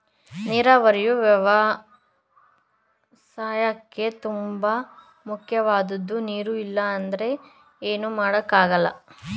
ನೀರಾವರಿಯು ವ್ಯವಸಾಯಕ್ಕೇ ತುಂಬ ಮುಖ್ಯವಾದದ್ದು ನೀರು ಇಲ್ಲ ಅಂದ್ರೆ ಏನು ಮಾಡೋಕ್ ಆಗಲ್ಲ